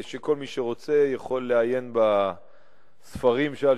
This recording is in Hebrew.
שכל מי שרוצה יכול לעיין בספרים שעל